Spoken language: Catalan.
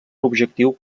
objectiu